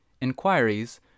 inquiries